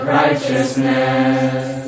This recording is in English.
righteousness